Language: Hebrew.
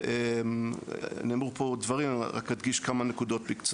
מאגר תמר הפיק 8.7 BCM ב-2021 מתוך יכולת של 11.5